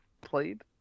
played